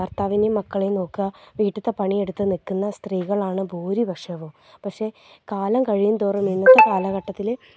ഭർത്താവിനെയും മക്കളെയും നോക്കുക വീട്ടിൽത്തെ പണിയെടുത്ത് നിൽക്കുന്ന സ്ത്രീകളാണ് ഭൂരിപക്ഷവും പക്ഷെ കാലം കഴിയുംതോറും ഇന്നത്തെ കാലഘട്ടത്തിൽ